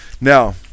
Now